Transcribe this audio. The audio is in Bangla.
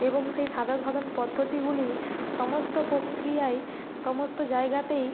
এবং সেই সাধারণ সাধারণ পদ্ধতিগুলি সমস্ত প্রক্রিয়াই সমস্ত জায়গাতেই